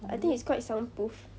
I think it's quite soundproof